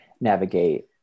navigate